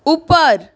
ऊपर